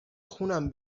خونم